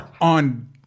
on